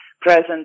present